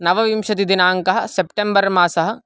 नवविंशतिदिनाङ्कः September मासः